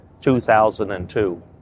2002